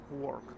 work